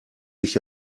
dich